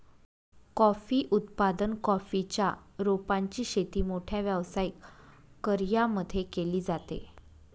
coffee उत्पादन, coffee च्या रोपांची शेती मोठ्या व्यावसायिक कर्यांमध्ये केली जाते